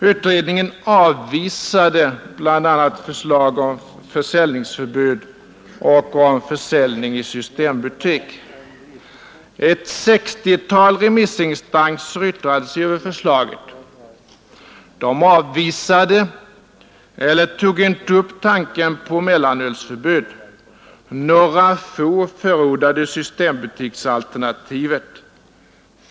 Utredningen avvisade bl.a. förslag om försäljningsförbud och om försäljning i systembutiker. Ett 60-tal remissinstanser yttrade sig över förslaget. De avvisade — eller tog inte upp — tanken på mellanölsförbud. Några få förordade systembutiksalternativet.